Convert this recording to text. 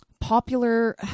popular